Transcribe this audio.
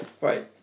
Right